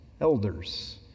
elders